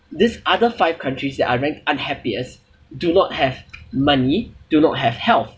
this other five countries that are ranked unhappiest do not have money do not have health